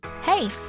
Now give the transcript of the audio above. Hey